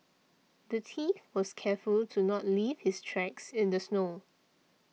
the thief was careful to not leave his tracks in the snow